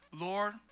Lord